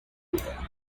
clear